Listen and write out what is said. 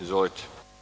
Izvolite.